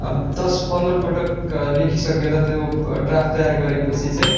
अब दस पन्ध्रपटक लेखिसकेर त्यो ड्राफ्ट तयार गरेँ पछि चाहिँ